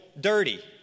dirty